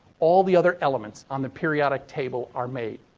all the other elements on the periodic table are made.